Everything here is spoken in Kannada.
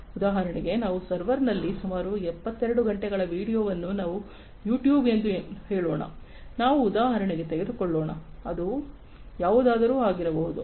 ಉದಾಹರಣೆಗೆ ಕೆಲವು ಸರ್ವರ್ನಲ್ಲಿ ಸುಮಾರು 72 ಗಂಟೆಗಳ ವೀಡಿಯೊವನ್ನು ನಾವು ಯೂಟ್ಯೂಬ್ ಎಂದು ಹೇಳೋಣ ನಾವು ಉದಾಹರಣೆಗೆ ತೆಗೆದುಕೊಳ್ಳೋಣ ಅದು ಯಾವುದಾದರೂ ಆಗಿರಬಹುದು